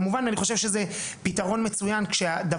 כמובן אני חושב שזה פתרון מצוין כשהדבר